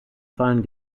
fallen